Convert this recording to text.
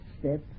step